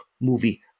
movie